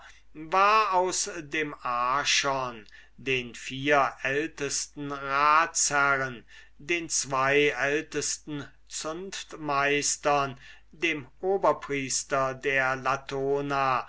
war aus dem archon den vier ältesten ratsherren den zween ältesten zunftmeistern dem oberpriester der latona